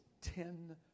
ten